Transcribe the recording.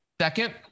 Second